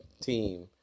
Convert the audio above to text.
team